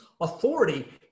authority